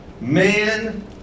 man